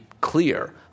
clear